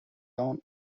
dawn